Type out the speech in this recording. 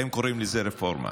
אתם קוראים לזה רפורמה.